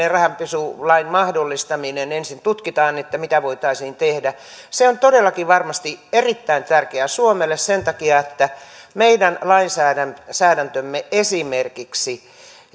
ja rahanpesulain mahdollistaminen ensin tutkitaan mitä voitaisiin tehdä se on todellakin varmasti erittäin tärkeää suomelle sen takia että meidän lainsäädäntömme esimerkiksi